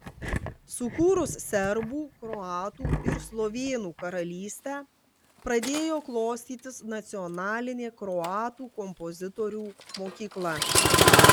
sukūrus serbų kroatų ir slovėnų karalystę pradėjo klostytis nacionalinė kroatų kompozitorių mokykla